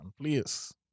Please